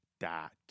dot